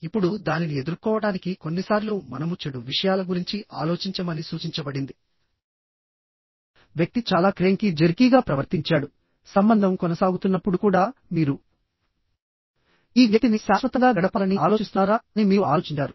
ఇప్పుడు దానిని ఎదుర్కోవడానికి కొన్నిసార్లు మనము చెడు విషయాల గురించి ఆలోచించమని సూచించబడింది వ్యక్తి చాలా క్రేంకీ జెర్కీగా ప్రవర్తించాడు సంబంధం కొనసాగుతున్నప్పుడు కూడా మీరు ఈ వ్యక్తిని శాశ్వతంగా గడపాలని ఆలోచిస్తున్నారా అని మీరు ఆలోచించారు